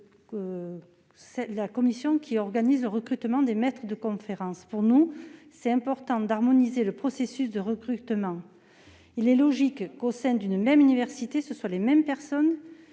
la celle qui organise le recrutement des maîtres de conférences. Il est important d'harmoniser le processus de recrutement. À cet égard, il est logique que, au sein d'une même université, ce soient les mêmes personnes